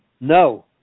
No